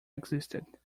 existed